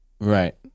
Right